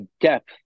depth